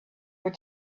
were